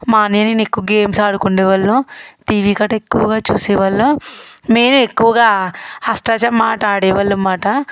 మా అన్నయ్య నేను ఎక్కువ గేమ్స్ ఆడుకునేవాళ్ళం టీవీ గట్ట ఎక్కువగా చూసేవాళ్ళం నేను ఎక్కువగా అష్టాచమ్మా ఆట ఆడేవాళ్ళం అనమాట